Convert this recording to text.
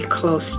close